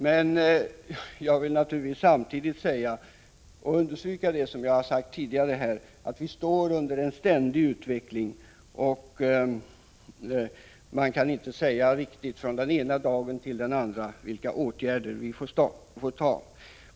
Men jag understryker samtidigt vad jag tidigare sagt, nämligen att det sker en ständig utveckling och att man inte från den ena dagen till den andra riktigt kan säga vilka åtgärder vi måste vidta.